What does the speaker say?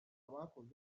abakoze